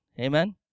Amen